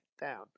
down